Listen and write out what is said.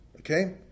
Okay